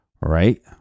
right